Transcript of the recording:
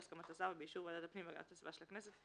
בהסכמת השר ובאישור ועדת הפנים והגנת הסביבה של הכנסת,